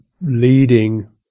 leading